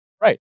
Right